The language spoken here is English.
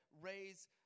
raise